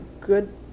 good